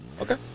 Okay